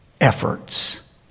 efforts